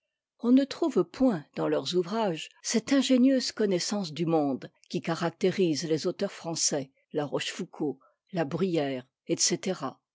on ne trouve point dans leurs ouvrages cette ingénieuse connaissance du monde qui caractérise les auteurs français la rochefoucauld la bruyère etc